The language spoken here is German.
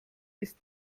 ist